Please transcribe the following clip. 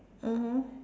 mmhmm